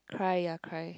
cry ya cry